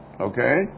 Okay